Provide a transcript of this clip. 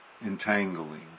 entangling